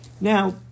Now